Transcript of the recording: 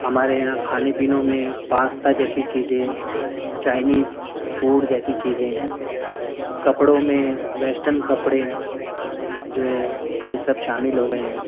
ہمارے یہاں کھانے پینوں میں پاستہ جیسی چیزیں چائنیز فوڈ جیسی چیزیں کپڑوں میں ویسٹرن کپڑے جو ہے یہ سب شامل ہو گیے ہیں